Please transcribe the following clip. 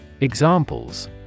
Examples